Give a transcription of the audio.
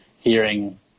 hearing